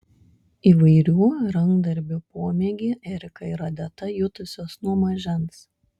įvairių rankdarbių pomėgį erika ir odeta jutusios nuo mažens